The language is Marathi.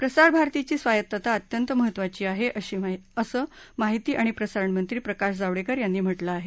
प्रसार भारतीची स्वायत्तता अत्यंत महत्त्वाची आहे असं माहिती आणि प्रसारणमंत्री प्रकाश जावडेकर यांनी म्हटलं आहे